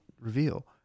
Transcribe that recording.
reveal